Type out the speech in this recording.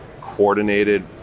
coordinated